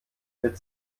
mit